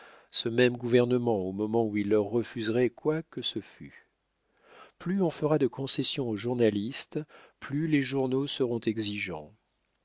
ce même gouvernement au moment où il leur refuserait quoi que ce fût plus on fera de concessions aux journalistes plus les journaux seront exigeants